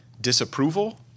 Disapproval